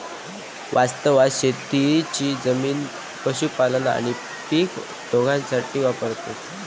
वास्तवात शेतीची जमीन पशुपालन आणि पीक दोघांसाठी वापरतत